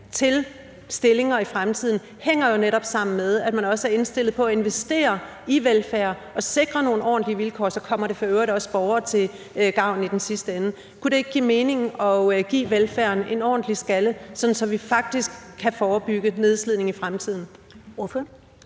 til stillinger i fremtiden hænger jo netop sammen med, at man også er indstillet på at investere i velfærd og sikre nogle ordentlige vilkår. Så kommer det for øvrigt også borgerne til gavn i sidste ende. Kunne det ikke give mening at give velfærden en ordentlig skalle , sådan at vi faktisk kan forebygge nedslidning i fremtiden?